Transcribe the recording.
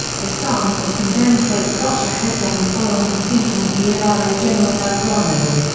the sun was condemned for its gotcha headline following the sinking of the ah ara general belgrano.